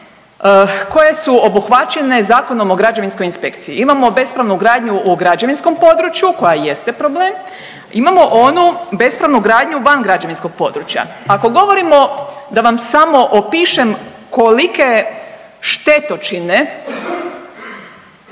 koje su obuhvaćene Zakonom o građevinskoj inspekciji, imamo bespravnu gradnju u građevinskom području koja jeste problem, imamo onu bespravnu gradnju van građevinskog područja. Ako govorimo, da vam samo opišem kolike štetočine